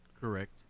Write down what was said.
Correct